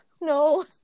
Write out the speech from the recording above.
no